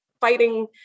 fighting